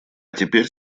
теперь